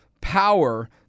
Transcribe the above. power